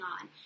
on